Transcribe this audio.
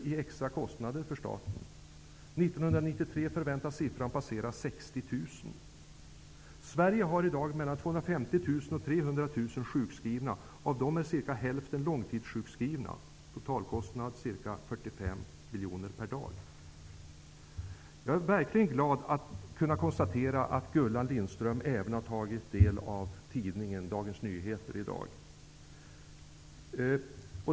1993 väntas siffran passera 60 000. I Sverige är i dag 250 000--300 000 sjukskrivna. Av dem är ca hälften långtidssjukskrivna, vilket ger en totalkostnad på ca 45 miljoner kronor per dag. Jag är glad att kunna konstatera att Gullan Lindblad även har tagit del av tidningen Dagens Nyheter i dag.